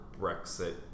Brexit